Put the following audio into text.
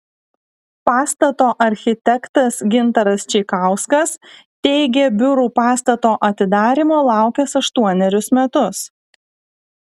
pastato architektas gintaras čeikauskas teigė biurų pastato atidarymo laukęs aštuonerius metus